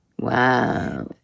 Wow